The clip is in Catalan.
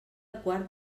quart